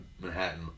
Manhattan